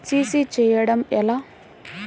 CC చేయడము ఎలా?